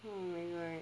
oh my god